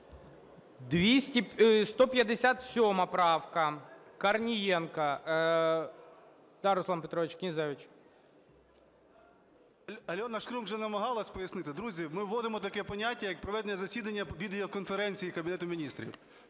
157 правка Корнієнка. Да, Руслан Петрович Князевич. 12:28:29 КНЯЗЕВИЧ Р.П. Альона Шкрум вже намагалася пояснити. Друзі, ми вводимо таке поняття, як проведення засідання як відео-конференції Кабінету Міністрів.